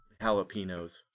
Jalapenos